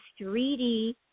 3D